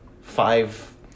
five